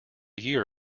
year